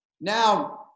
now